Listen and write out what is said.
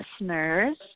listeners